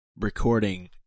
recording